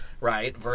Right